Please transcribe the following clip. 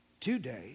Today